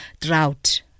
drought